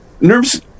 nerves